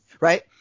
right